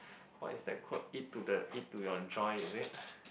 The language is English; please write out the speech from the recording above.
what is the quote eat to the eat to your joint is it